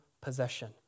possession